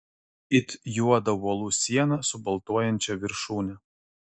it juodą uolų sieną su baltuojančia viršūne